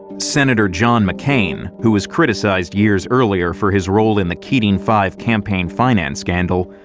senator john mccain, who was criticized years earlier for his role in the keating five campaign finance scandal,